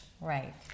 Right